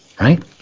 right